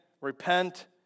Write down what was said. repent